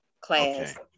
class